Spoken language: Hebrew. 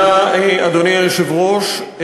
אדוני היושב-ראש,